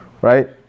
right